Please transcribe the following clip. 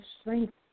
strength